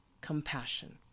compassion